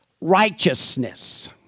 righteousness